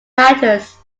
matters